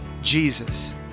Jesus